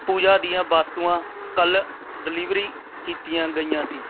ਪੂਜਾ ਦੀਆਂ ਵਸਤੂਆਂ ਕੱਲ੍ਹ ਡਿਲੀਵਰੀ ਕੀਤੀਆਂ ਗਈਆਂ ਸੀ